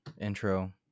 intro